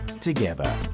together